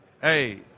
hey